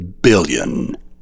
billion